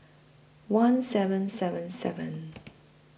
one seven seven seven